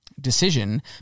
decision